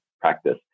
practice